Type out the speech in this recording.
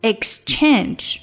Exchange